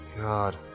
God